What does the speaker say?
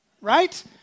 right